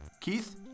Keith